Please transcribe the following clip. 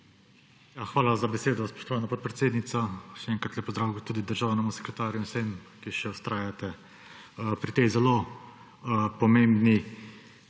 Hvala za besedo, spoštovana podpredsednica. Še enkrat lep pozdrav tudi državnemu sekretarju in vsem, ki še vztrajate pri tej zelo pomembni